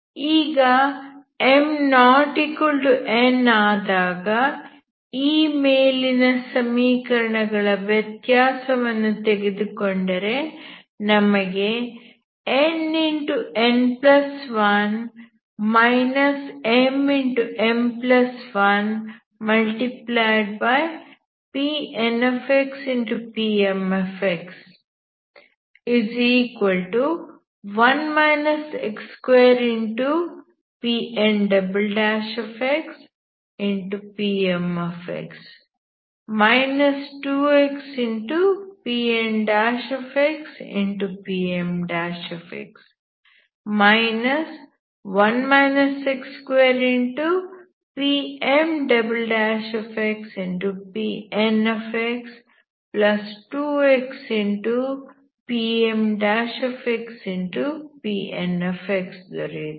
ಈಗ m≠n ಆದಾಗ ಈ ಮೇಲಿನ ಸಮೀಕರಣಗಳ ವ್ಯತ್ಯಾಸವನ್ನು ತೆಗೆದುಕೊಂಡರೆ ನಮಗೆ nn1 mm1PnPm 1 x2PnxPmx 2xPnxPmx 1 x2PmxPnx2xPmPn ದೊರೆಯುತ್ತದೆ